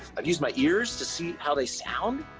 i've used my ears to see how they sound.